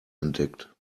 entdeckt